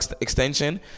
extension